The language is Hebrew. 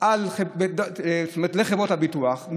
לחברות הביטוח,